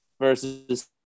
versus